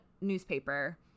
newspaper